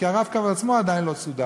כי ה"רב-קו" עצמו לא סודר.